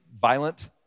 violent